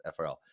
FRL